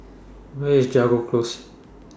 Where IS Jago Close